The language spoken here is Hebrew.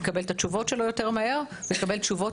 יקבל את התשובות שלו מהר יותר ויקבל תשובות